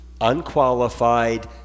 unqualified